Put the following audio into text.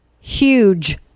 huge